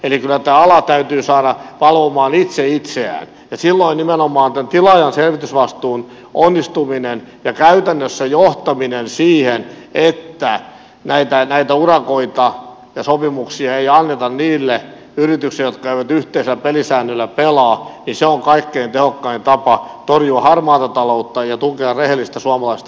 eli kyllä tämä ala täytyy saada valvomaan itse itseään ja silloin nimenomaan tilaajan selvitysvastuun onnistuminen ja käytännössä johtaminen siihen että näitä urakoita ja sopimuksia ei anneta niille yrityksille jotka eivät yhteisillä pelisäännöillä pelaa on kaikkein tehokkain tapa torjua harmaata taloutta ja tukea rehellistä suomalaista kuljetusyrittäjyyttä